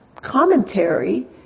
commentary